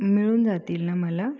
मिळून जातील ना मला